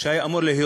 שהיה אמור להיות,